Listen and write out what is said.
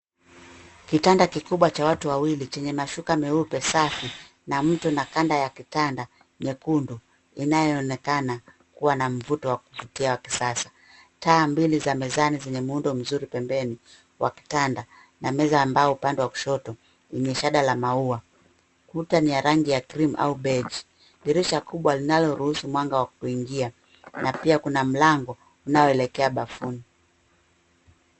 Kitanda kikubwa cha watu wawili, chenye mashuka meupe safi, na mto na kanda ya kitanda nyekundu inayoonekana kuwa na mvuto wa kuvutia wa kisasa. Taa mbili za mezani zenye muundo mzuri pembeni mwa kitanda, na meza ambao pande wa kushoto yenye shada la maua. Kuta ni ya rangi ya cream au beige , dirisha kubwa linaruhusu mwanga kuingia, na pia kuna mlango unaoelekea bafuni.